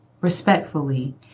respectfully